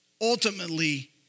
ultimately